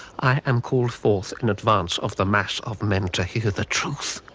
i am called for in advance of the mass of men to hear the truth.